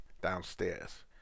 downstairs